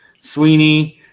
Sweeney